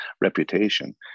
reputation